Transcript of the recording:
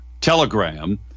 Telegram